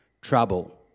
trouble